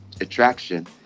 attraction